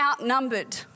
outnumbered